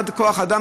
עד כוח אדם,